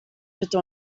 bitte